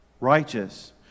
Righteous